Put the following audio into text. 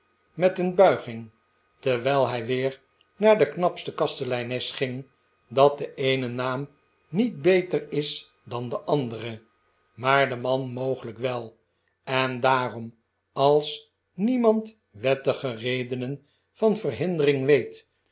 met een buiging terwijl hij weer naar de knappe kasteleines ging dat de eene naam niet beter is dan de andere maar de man mogelijk wel en daarom als niemand wettige redenen van verhindering weet